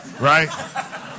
Right